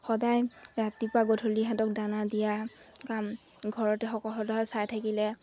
সদায় ৰাতিপুৱা গধূলি সিহঁতক দানা দিয়া কাম ঘৰতে সকলো ধৰা চাই থাকিলে